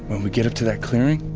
when we get up to that clearing,